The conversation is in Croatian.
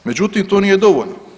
Međutim, to nije dovoljno.